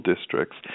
districts